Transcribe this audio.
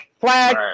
Flag